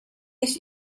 ich